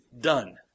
done